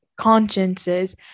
consciences